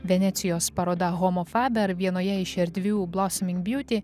venecijos paroda homofaber vienoje iš erdvių blosoming bjuty